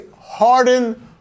Harden